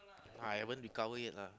I haven't recover yet lah